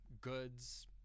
goods